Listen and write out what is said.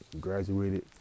graduated